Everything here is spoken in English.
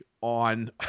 on